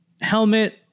helmet